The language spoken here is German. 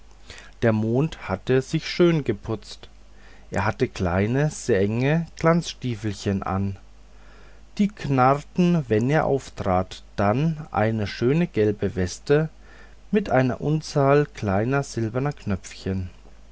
der mond hatte sich schön geputzt er hatte kleine sehr enge glanzstiefelchen an die knarrten wenn er auftrat dann eine schöne gelbe weste mit einer unzahl kleiner silberner knöpfchen